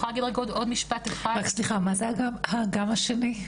רק סליחה, מה זה האג"ם השני?